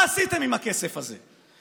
מה עשיתם עם הכסף הזה?